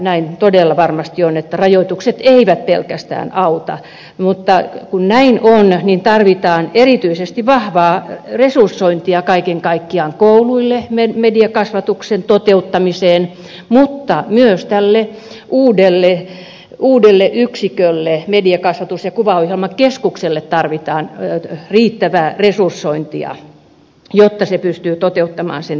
näin todella varmasti on että rajoitukset eivät pelkästään auta mutta kun näin on tarvitaan erityisesti vahvaa resursointia kaiken kaikkiaan kouluille mediakasvatuksen toteuttamiseen mutta myös tälle uudelle yksikölle mediakasvatus ja kuvaohjelmakeskukselle tarvitaan riittävää resursointia jotta se pystyy toteuttamaan sen tehtävänsä